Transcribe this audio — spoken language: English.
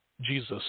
Jesus